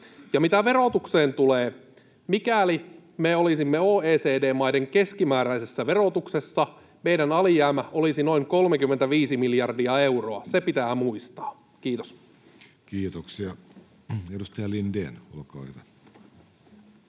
Ja mitä verotukseen tulee, mikäli me olisimme OECD-maiden keskimääräisessä verotuksessa, meidän alijäämämme olisi noin 35 miljardia euroa. Se pitää muistaa. — Kiitos. [Speech 91] Speaker: